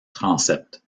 transept